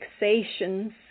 fixations